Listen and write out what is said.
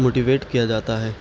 motivate کیا جاتا ہے